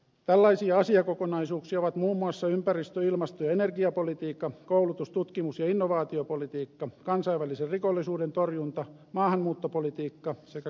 tällaisia asiakokonaisuuksia ovat muun muassa ympäristö ilmasto ja energiapolitiikka koulutus tutkimus ja innovaatiopolitiikka kansainvälisen rikollisuuden torjunta maahanmuuttopolitiikka sekä kauppapolitiikka eräiltä osin